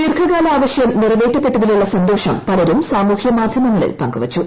ദീർഘകാല ആവശ്യം നിറവേറ്റപ്പെട്ടതിലുളള സന്തോഷം പലരും സാമൂഹ്യ മാധ്യമങ്ങളിൽ പങ്കുവച്ചു